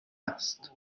است